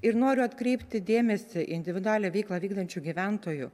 ir noriu atkreipti dėmesį individualią veiklą vykdančių gyventojų